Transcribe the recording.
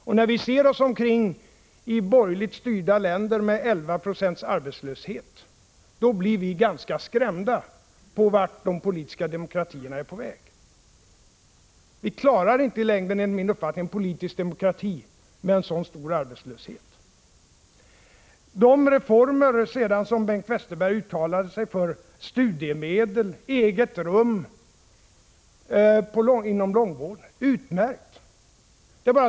Och när vi ser oss omkring i borgerligt styrda länder med 11 92 arbetslöshet, då blir vi ganska skrämda beträffande vart de politiska demokratierna är på väg. Enligt min uppfattning klarar vi inte i längden en politisk demokrati med så stor arbetslöshet. De reformer som Bengt Westerberg uttalade sig för — studiemedel, eget rum inom långvården — är utmärkta.